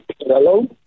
Hello